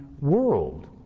world